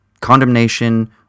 condemnation